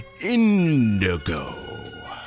Indigo